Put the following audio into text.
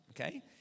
okay